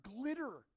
glitter